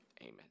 Amen